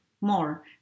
more